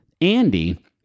Andy